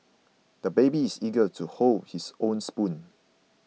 the baby is eager to hold his own spoon